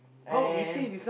and